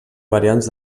variants